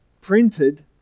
printed